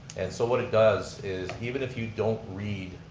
and so what it does is, even if you don't read,